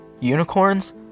unicorns